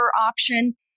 option